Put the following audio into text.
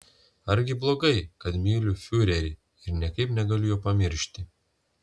argi blogai kad myliu fiurerį ir niekaip negaliu jo pamiršti